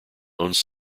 owns